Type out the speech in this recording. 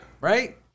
Right